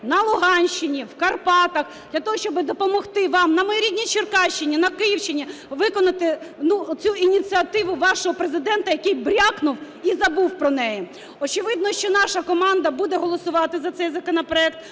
на Луганщині, в Карпатах для того, щоби допомогти вам, – на моїй рідній Черкащині, на Київщині, – виконати цю ініціативу вашого Президента, який брякнув і забув про неї. Очевидно, що наша команда буде голосувати за цей законопроект,